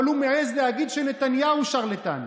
אבל הוא מעז להגיד שנתניהו שרלטן.